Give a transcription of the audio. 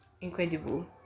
incredible